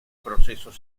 procesos